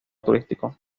turístico